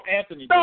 Anthony